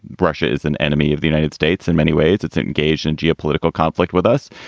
russia is an enemy of the united states. in many ways. it's engaged in geopolitical conflict with us.